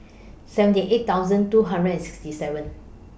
seventy eight thousand two hundred and sixty seven